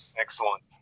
Excellent